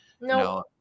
No